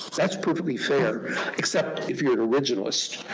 that's perfectly fair except if you're an originality's,